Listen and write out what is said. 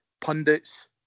pundits